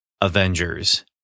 Avengers